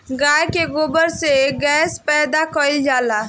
गाय के गोबर से गैस पैदा कइल जाला